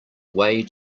way